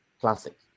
classic